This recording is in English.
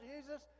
Jesus